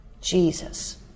Jesus